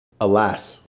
Alas